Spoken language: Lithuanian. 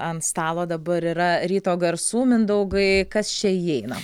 ant stalo dabar yra ryto garsų mindaugai kas čia įeina